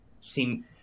seem